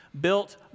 built